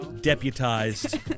deputized